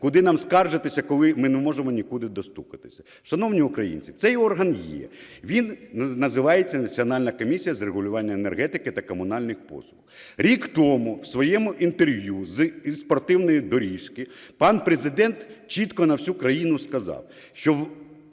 Куди нам скаржитися, коли ми не можемо нікуди достукатися? Шановні українці, цей орган є, він називається Національна комісія з регулювання енергетики та комунальних послуг. Рік тому в своєму інтерв'ю зі спортивної доріжки пан Президент чітко на всю країну сказав, що